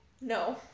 No